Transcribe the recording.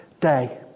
day